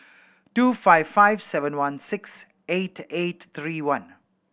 two five five seven one six eight eight three one